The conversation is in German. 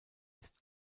ist